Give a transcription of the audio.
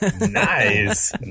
nice